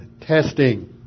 testing